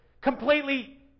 completely